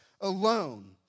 alone